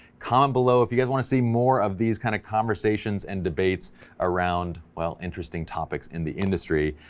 comment below. if you guys want to see more of these kind of conversations and debates around well interesting topics in the industry.